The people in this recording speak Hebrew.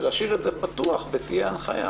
להשאיר את זה פתוח ובלי הנחיה